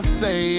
say